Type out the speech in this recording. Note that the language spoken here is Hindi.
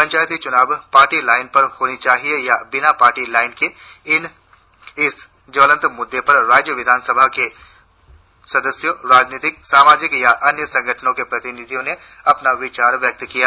पंचायत चुनाव पार्टी लाइन पर होना चाहिए या बिना पार्टी लाईंस के इस ज्वलंत मुद्दे पर राज्य विधानसभा के सदस्यों राजनीतिक सामाजिक या अन्य संगठनों के प्रतिनिधियों ने अपने विचार व्यक्त किए